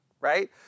right